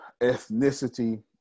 ethnicity